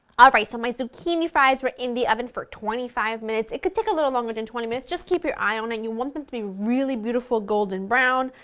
alright so my zucchini fries were in the oven for twenty five minutes, it could take a little longer than twenty minutes just keep your eye on it and you want them to be really beautiful golden-brown,